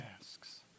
asks